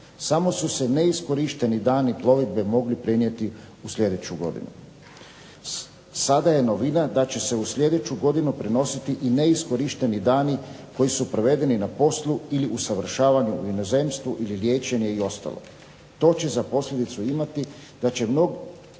Samo su se neiskorišteni dani plovidbe mogli prenijeti u sljedeću godinu. Sada je novina da će se u sljedeću godinu prenositi i neiskorišteni dani koji su provedeni na poslu ili usavršavanju u inozemstvu ili liječenje i ostalo. To će za posljedicu imati da će mnogo